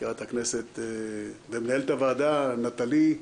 מזכירת הכנסת ומנהלת הוועדה, נטלי.